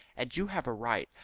and you have a right,